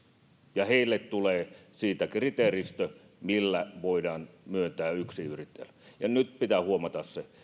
ja heille tulee siitä kriteeristö millä voidaan myöntää yksinyrittäjälle ja nyt pitää huomata